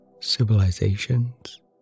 civilizations